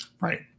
Right